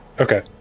Okay